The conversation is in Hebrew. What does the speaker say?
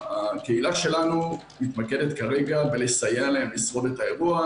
הקהילה שלנו מתמקדת כרגע בלסייע להם לשרוד את האירוע,